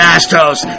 Astros